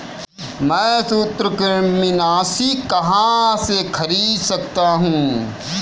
मैं सूत्रकृमिनाशी कहाँ से खरीद सकता हूँ?